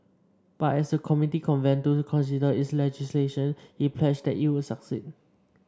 but as the committee convened to consider its legislation he pledged that it would succeed